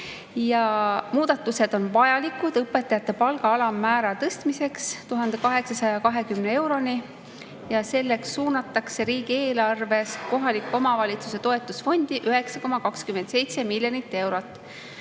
Muudatused on vajalikud õpetajate palga alammäära tõstmiseks 1820 euroni. Selleks suunatakse riigieelarves kohalike omavalitsuste toetusfondi 9,27 miljonit eurot.